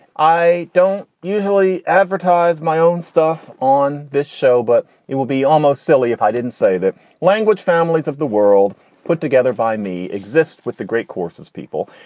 i don't usually advertise my own stuff on this show, but it will be almost silly if i didn't say that language. families of the world put together by me exist with the great courses people.